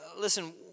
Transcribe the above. listen